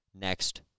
next